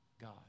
God